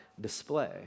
display